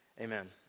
amen